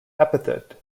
epithet